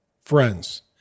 friends